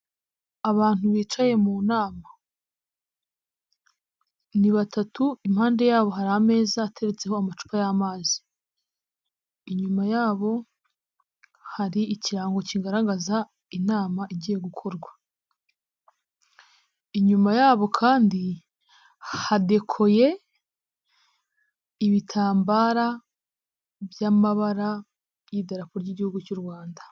Abantu bicaye mu nama, ni batatu impande yabo hari ameza ateretseho amacupa y'amazi, inyuma yabo hari ikirango kigaragaza inama igiye gukorwa, inyuma yabo kandi hadekoye ibitambara by'amabara y'iradarapo ry'igihugu cy'u Rwanda.